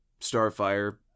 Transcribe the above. Starfire